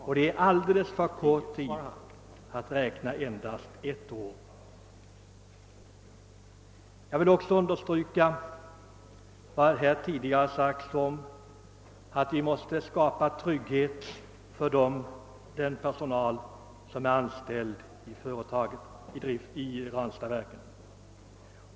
Ett år är en alldeles för kort tid för det fortsatta utvecklingsarbetet. Jag vill också understryka vad som har sagts om att vi måste skapa trygghet för den personal som är anställd vid Ranstadsverket.